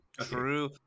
true